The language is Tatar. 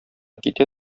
китә